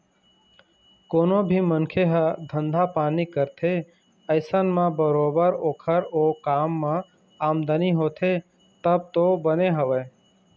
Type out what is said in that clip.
कोनो भी मनखे ह धंधा पानी करथे अइसन म बरोबर ओखर ओ काम म आमदनी होथे तब तो बने हवय